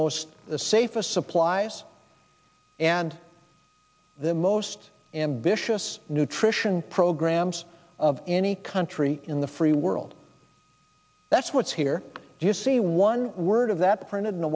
most the safest supplies and the most ambitious nutrition programs of any country in the free world that's what's here you see one word of that printed in the